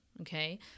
Okay